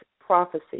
Prophecy